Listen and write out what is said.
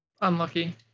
unlucky